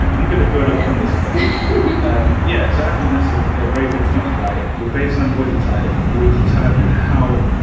i'm gonna build upon this point yes, i think that's a very good point like your baseline body type will determine how.